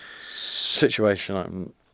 situation